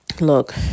Look